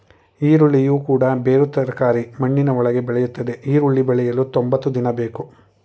ಈರುಳ್ಳಿಯು ಕೂಡ ಬೇರು ತರಕಾರಿ ಮಣ್ಣಿನ ಒಳಗೆ ಬೆಳೆಯುತ್ತದೆ ಈರುಳ್ಳಿ ಬೆಳೆಯಲು ತೊಂಬತ್ತು ದಿನ ಬೇಕು